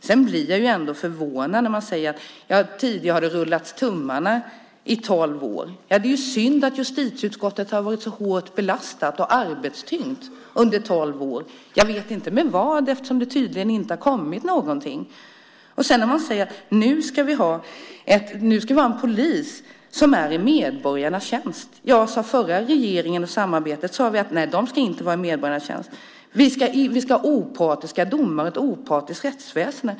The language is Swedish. Jag blir förvånad när du säger att man rullat tummarna i tolv år. Det är synd att justitieutskottet har varit så hårt belastat och arbetstyngt under tolv år. Jag vet inte med vad, eftersom det tydligen inte har kommit någonting. Så säger man att nu ska vi ha en polis som är i medborgarnas tjänst. Sade man i den förra regeringen och i samarbetet att polisen inte ska vara i medborgarnas tjänst? Vi ska ha opartiska domare och ett opartiskt rättsväsende.